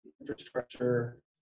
infrastructure